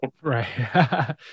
right